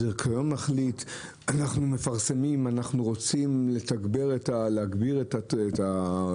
יש החלטה שאנחנו רוצים להגביר את הצריכה